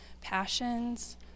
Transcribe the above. passions